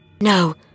No